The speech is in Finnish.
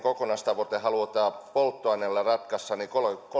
kokonaistavoite halutaan polttoaineilla ratkaista niin